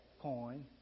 coin